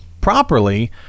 properly